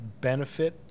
benefit